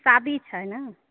शादी छै ने